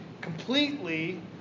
completely